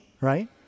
Right